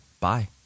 bye